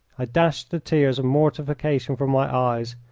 i dashed the tears of mortification from my eyes,